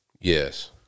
Yes